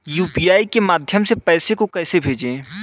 UPI के माध्यम से पैसे को कैसे भेजें?